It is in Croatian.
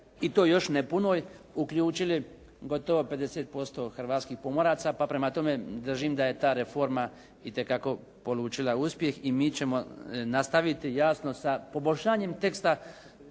i to još ne punoj, uključili gotovo 50% hrvatskih pomoraca. Pa prema tome, držim da je ta reforma itekako polučila uspjeh. I mi ćemo nastaviti jasno sa poboljšanjem teksta